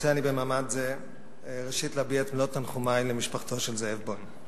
רוצה אני במעמד זה ראשית להביע את מלוא תנחומי למשפחתו של זאב בוים.